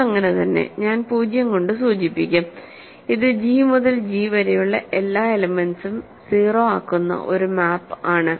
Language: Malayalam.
അത് അങ്ങനെ തന്നെ ഞാൻ 0 കൊണ്ട് സൂചിപ്പിക്കും ഇത് ജി മുതൽ ജി വരെയുള്ള എല്ലാ എലെമെന്റ്സും 0 ആക്കുന്ന ഒരു മാപ്പ് ആണ്